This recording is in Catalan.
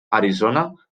arizona